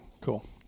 Cool